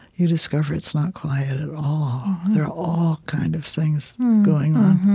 you discover it's not quiet at all. there are all kind of things going on,